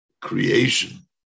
creation